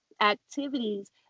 activities